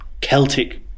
Celtic